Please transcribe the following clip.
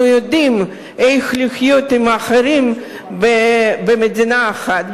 אנחנו יודעים איך לחיות עם אחרים במדינה אחת.